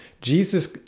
Jesus